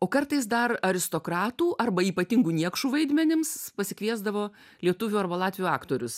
o kartais dar aristokratų arba ypatingų niekšų vaidmenims pasikviesdavo lietuvių arba latvių aktorius